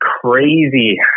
crazy